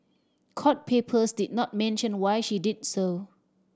court papers did not mention why she did so